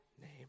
name